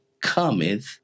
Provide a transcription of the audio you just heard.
cometh